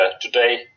today